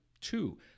Two